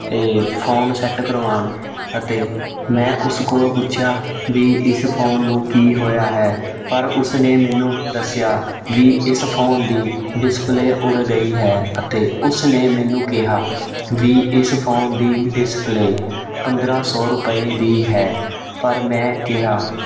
ਅਤੇ phone set ਕਰਵਾਉਣ ਅਤੇ ਮੈਂ ਉਸ ਕੋਲੋਂ ਪੁੱਛਿਆ ਵੀ ਇਸ ਫ਼ੋਨ ਨੂੰ ਕੀ ਹੋਇਆ ਹੈ ਪਰ ਉਸਨੇ ਮੈਨੂੰ ਦੱਸਿਆ ਵੀ ਇਸ ਫ਼ੋਨ ਦੀ ਡਿਸਪਲੇਅ ਉੜ ਗਈ ਹੈ ਅਤੇ ਉਸਨੇ ਮੈਨੂੰ ਕਿਹਾ ਵੀ ਇਸ ਫ਼ੋਨ ਦੀ ਡਿਸਪਲੇਅ ਪੰਦਰ੍ਹਾਂ ਸੌ ਰੁਪਏ ਦੀ ਹੈ ਪਰ ਮੈਂ ਕਿਹਾ